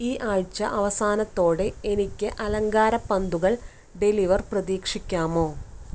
ഈ ആഴ്ച അവസാനത്തോടെ എനിക്ക് അലങ്കാരപ്പന്തുകൾ ഡെലിവർ പ്രതീക്ഷിക്കാമോ